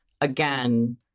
Again